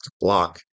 block